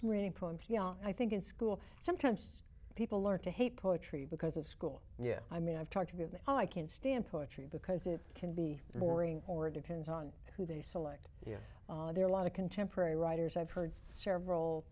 poems yeah i think in school sometimes people learn to hate poetry because of school yeah i mean i've talked to be and i can't stand poetry because it can be boring or it depends on who they select you know there are a lot of contemporary writers i've heard several